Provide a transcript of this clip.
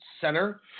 center